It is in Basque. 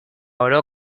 oro